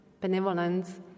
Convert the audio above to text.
benevolence